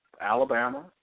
Alabama